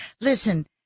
Listen